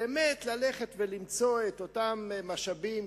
באמת ללכת ולמצוא את אותם משאבים,